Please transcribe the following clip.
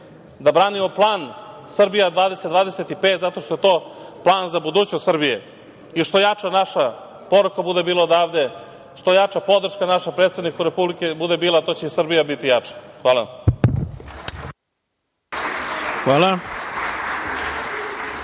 da branimo plan "Srbija 2025" zato što je to plan za budućnost Srbije. Što jača naša poruka bude odavde, što jača podrška bude našem predsedniku Republike bude bila, to će i Srbija biti jača. Hvala